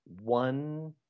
one